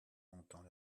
longtemps